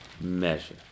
measure